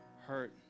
hurt